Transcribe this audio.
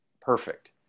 perfect